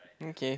okay